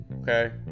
okay